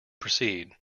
proceed